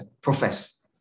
profess